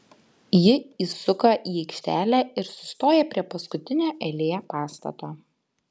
ji įsuka į aikštelę ir sustoja prie paskutinio eilėje pastato